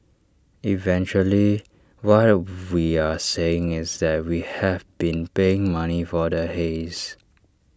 eventually what we are saying is that we have been paying money for the haze